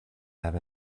have